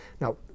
Now